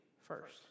first